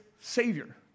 savior